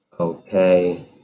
Okay